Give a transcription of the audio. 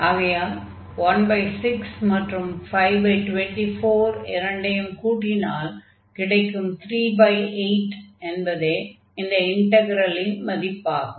ஆகையால் 16 மற்றும் 524 இரண்டையும் கூட்டினால் கிடைக்கும் 38 என்பதே இந்த இன்டக்ரலின் மதிப்பாகும்